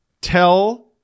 tell